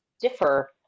differ